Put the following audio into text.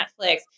Netflix